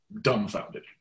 dumbfounded